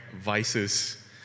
vices